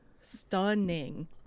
Stunning